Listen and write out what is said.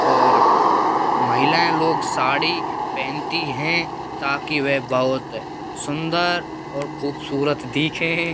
और महिलाएँ लोग साड़ी पहनती हैं ताकि वे बहुत सुंदर और खूबसूरत दिखें